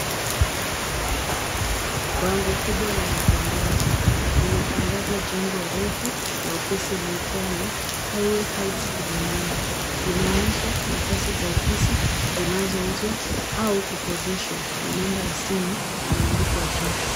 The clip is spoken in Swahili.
Bango kubwa la matangazo linatangaza jengo refu la ofisi liitwalo Highway Heights Kilimani. Linaonyesha nafasi za ofisi zinazouzwa au kukodishwa na namba ya simu imeandikwa juu.